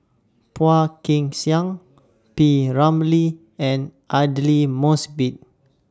Phua Kin Siang P Ramlee and Aidli Mosbit